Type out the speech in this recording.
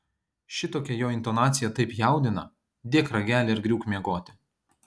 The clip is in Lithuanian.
šitokia jo intonacija taip jaudina dėk ragelį ir griūk miegoti